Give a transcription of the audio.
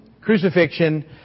crucifixion